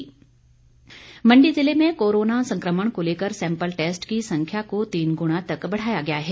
sample Mandi ज़िले में corona संक्रमण को लेकर सैंपल टैस्ट की संख्या को तीन गुणा तक बढ़ाया गया है